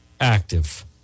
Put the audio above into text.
active